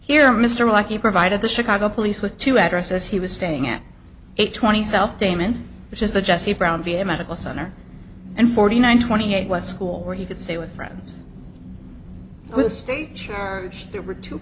here mr mikey provided the chicago police with two addresses he was staying at eight twenty south damon which is the jesse brown v a medical center and forty nine twenty eight was school where he could stay with friends with state charges there were two